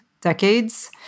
decades